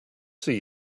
see